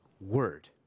word